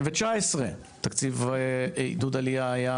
2019, תקציב עידוד עלייה היה